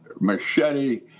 machete